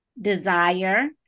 desire